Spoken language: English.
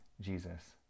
Jesus